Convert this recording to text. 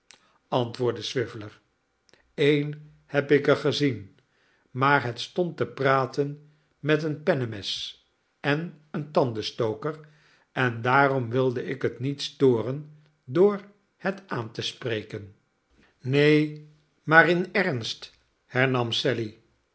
antwoordde swiveller een heb ik er gezien maar het stond te praten met een pennemes en een tandenstoker en daarom wilde ik het niet storen door het aan te spreken neen maar in ernst hernam sally